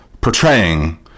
portraying